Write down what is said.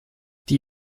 die